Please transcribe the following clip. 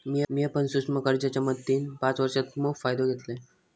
मिया पण सूक्ष्म कर्जाच्या मदतीन पाच वर्षांत मोप फायदो घेतलंय